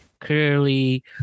clearly